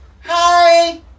Hi